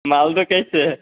मालदा कैसे है